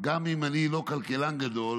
גם אם אני לא כלכלן גדול,